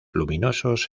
luminosos